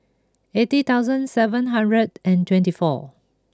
eighty thousand seven hundred and twenty four